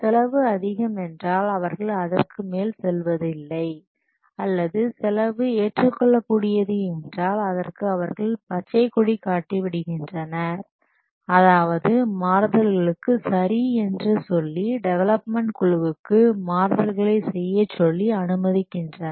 செலவு அதிகம் என்றால் அவர்கள் அதற்கு மேல் செல்வதில்லை அல்லது செலவு ஏற்றுக்கொள்ளக் கூடியது என்றால் அதற்கு அவர்கள் பச்சைக்கொடி காட்டி விடுகின்றனர் அதாவது மாறுதல்களுக்கு சரி என்று சொல்லி டெவலப்மெண்ட் குழுவுக்கு மாறுதல்களை செய்ய சொல்லி அனுமதிக்கின்றனர்